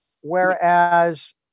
Whereas